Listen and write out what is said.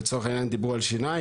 לצורך העניין דיברו על שיניים.